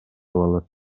болот